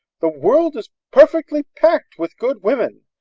the world is perfectly packed with good women.